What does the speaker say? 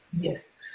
yes